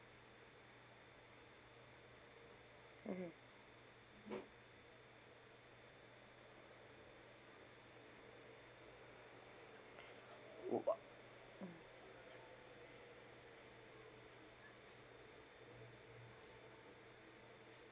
mmhmm uh